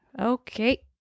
Okay